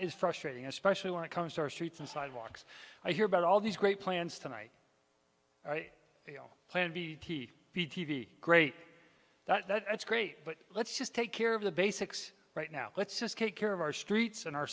is frustrating especially when it comes to our streets and sidewalks i hear about all these great plans tonight plan b t v t v great that's great but let's just take care of the basics right now let's just take care of our streets and our